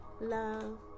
love